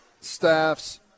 staffs